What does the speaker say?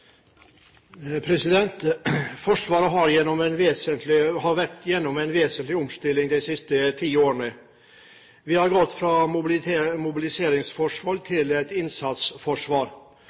Forsvaret har vært gjennom en vesentlig omstilling de siste ti årene. Vi har gått fra et mobiliseringsforsvar til et innsatsforsvar.